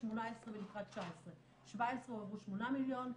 18' ולקראת 19'. ב-17' הועברו 8 מיליון,